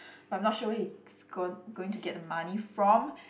but I'm not sure he's gone going to get the money from